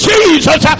Jesus